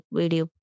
video